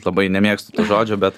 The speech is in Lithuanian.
labai nemėgstu to žodžio bet